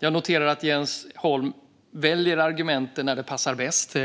Jag noterar att Jens Holm väljer argumenten när de passar bäst.